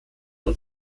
und